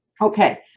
Okay